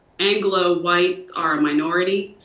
anglo white are minority